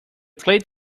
cleat